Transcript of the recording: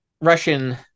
Russian